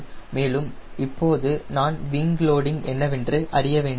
மேலும் இப்போது நான் விங் லோடிங் என்னவென்று அறிய வேண்டும்